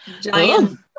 giant